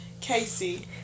Casey